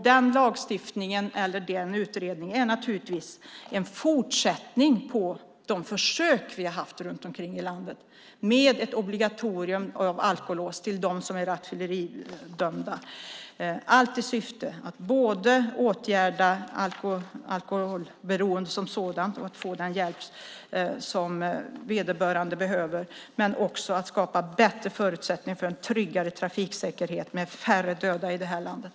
Den lagstiftningen eller den utredningen är naturligtvis en fortsättning på de försök vi har haft runt omkring i landet med ett obligatorium av alkolås för dem som är rattfylleridömda, allt i syfte att åtgärda alkoholberoende som sådant och ge den hjälp som vederbörande behöver men också för att skapa bättre förutsättningar för en tryggare trafiksäkerhet med färre döda i det här landet.